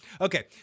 Okay